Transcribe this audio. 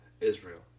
Israel